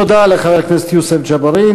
תודה לחבר הכנסת יוסף ג'בארין.